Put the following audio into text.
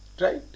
right